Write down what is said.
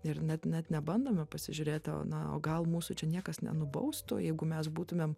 ir net net nebandome pasižiūrėti o na o gal mūsų čia niekas nenubaustų jeigu mes būtumėm